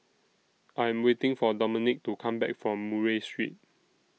I Am waiting For Dominic to Come Back from Murray Street